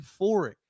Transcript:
euphoric